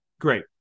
Great